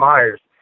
Myers